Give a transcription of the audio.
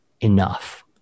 enough